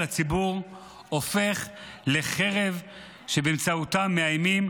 הציבור הופך לחרב שבאמצעותה מאיימים,